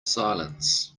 silence